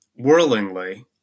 whirlingly